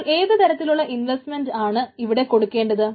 നമ്മൾ ഏതുതരത്തിലുള്ള ഇൻവെസ്റ്റ്മെന്റാണ് ഇവിടെ കൊടുക്കേണ്ടത്